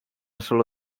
solo